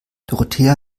dorothea